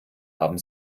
haben